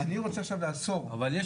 ואני לצערי הרב לא שומע, לא את משרד הדתות.